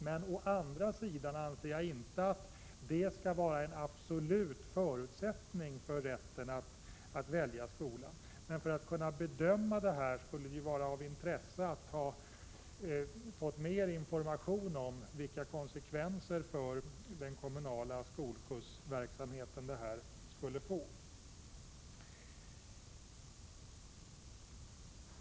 Men å andra sidan anser jag inte att detta skall vara en absolut förutsättning för rätten att välja skola. Men för att kunna bedöma detta skulle det vara av intresse att ha fått mer information om vilka konsekvenser det här skulle få för den kommunala skolskjutsverksamheten.